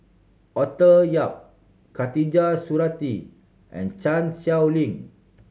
Arthur Yap Khatijah Surattee and Chan Sow Lin